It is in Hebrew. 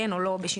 כן או לא בשינויים,